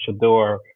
Shador